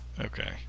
Okay